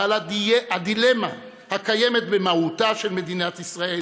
ואת הדילמה הקיימת במהותה של מדינת ישראל